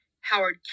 Howard